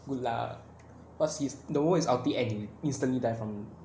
good luck cause his the moment his ulti ends instantly died from